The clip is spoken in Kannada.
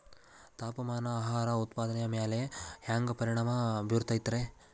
ತಾಪಮಾನ ಆಹಾರ ಉತ್ಪಾದನೆಯ ಮ್ಯಾಲೆ ಹ್ಯಾಂಗ ಪರಿಣಾಮ ಬೇರುತೈತ ರೇ?